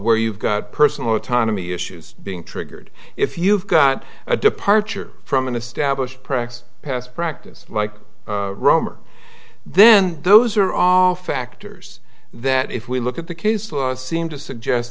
where you've got personal autonomy issues being triggered if you've got a departure from an established practice past practice like romer then those are all factors that if we look at the case law seem to suggest